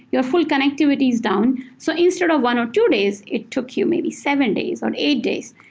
your full connectivity is down. so instead of one or two days, it took you maybe seven days, or eight days.